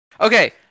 Okay